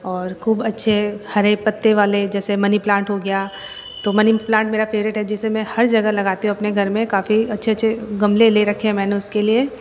और खूब अच्छे हरे पत्ते वाले जैसे मनीप्लांट हो गया तो मनीप्लांट मेरा फेवरेट है जिसे मैं हर जगह लगाती हूँ अपने घर में काफ़ी अच्छे अच्छे गमले ले रखे हैं मैंने उसके लिए